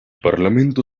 parlamento